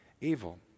evil